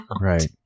Right